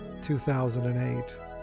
2008